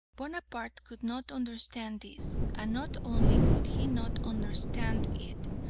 bonaparte could not understand this, and not only could he not understand it,